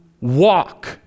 walk